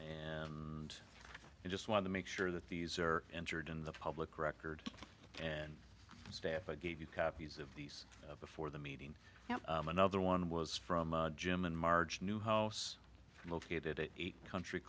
come and i just wanted to make sure that these are entered in the public record and staff i gave you copies of the before the meeting another one was from jim and marge newhouse located at eight country